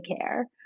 care